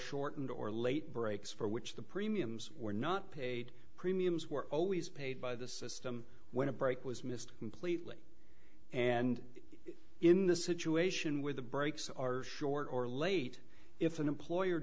shortened or late breaks for which the premiums were not paid premiums were always paid by the system when a break was missed completely and in the situation where the breaks are short or late if an employer